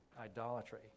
idolatry